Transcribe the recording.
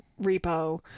Repo